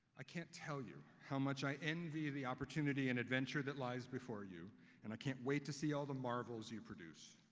i can't tell you how much i envy the opportunity and adventure that lies before you and i can't wait to see all the marvels you produce.